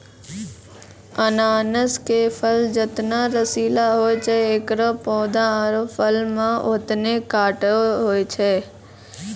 अनानस के फल जतना रसीला होय छै एकरो पौधा आरो फल मॅ होतने कांटो होय छै